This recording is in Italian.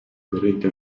aderenti